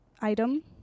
item